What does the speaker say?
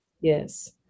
Yes